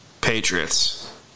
Patriots